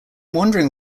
wondering